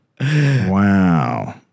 Wow